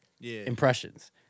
impressions